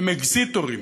הם אקזיטורים.